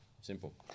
simple